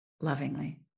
lovingly